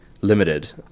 limited